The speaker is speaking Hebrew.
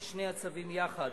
על שני הצווים יחד.